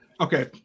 Okay